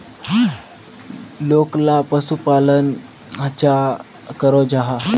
लोकला पशुपालन चाँ करो जाहा?